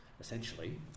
essentially